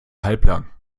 halblang